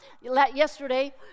Yesterday